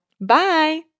Bye